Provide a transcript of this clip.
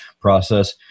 process